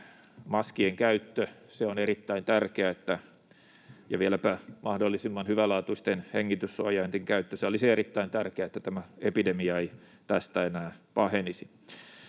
maskien käyttöä. Se on erittäin tärkeää, ja vieläpä mahdollisimman hyvälaatuisten hengityssuojainten käyttö olisi erittäin tärkeää, niin että tämä epidemia ei tästä enää pahenisi.